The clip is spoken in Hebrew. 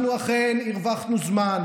אנחנו אכן הרווחנו זמן,